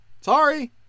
Sorry